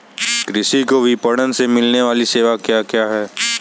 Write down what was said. कृषि को विपणन से मिलने वाली सेवाएँ क्या क्या है